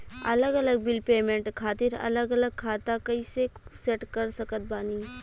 अलग अलग bill payment खातिर अलग अलग खाता कइसे सेट कर सकत बानी?